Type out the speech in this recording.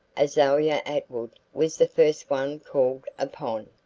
azalia atwood was the first one called upon.